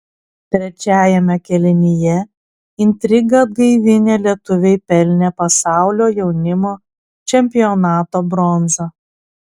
trečiajame kėlinyje intrigą atgaivinę lietuviai pelnė pasaulio jaunimo čempionato bronzą